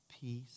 peace